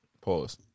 Pause